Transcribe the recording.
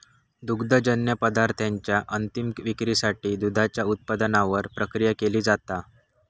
दुग्धजन्य पदार्थांच्या अंतीम विक्रीसाठी दुधाच्या उत्पादनावर प्रक्रिया केली जाता